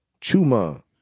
Chuma